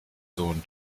sohn